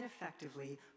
effectively